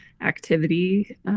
activity